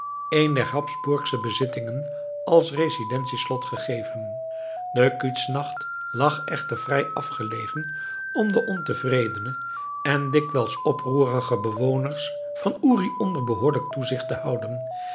een der habsburgsche bezittingen als residentie slot gegeven de küsznacht lag echter vrij afgelegen om de ontevredene en dikwijls oproerige bewoners van uri onder behoorlijk toezicht te houden